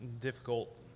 difficult